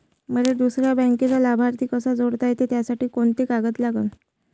मले दुसऱ्या बँकेचा लाभार्थी कसा जोडता येते, त्यासाठी कोंते कागद लागन?